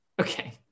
Okay